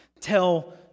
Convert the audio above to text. Tell